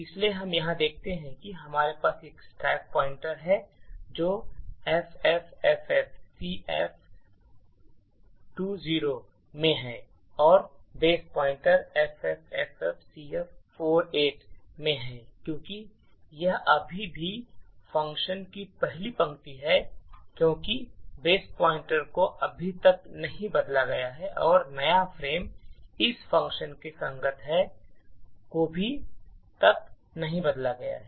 इसलिए हम यहां देखते हैं कि हमारे पास एक स्टैक पॉइंटर है जो FFFFCF20 में है और बेस पॉइंटर FFFFCF48 में है क्योंकि यह अभी भी फ़ंक्शन की पहली पंक्ति में है क्योंकि बेस पॉइंटर को अभी तक नहीं बदला गया है और नया फ्रेम इस फ़ंक्शन के संगत है को अभी तक नहीं बनाया गया है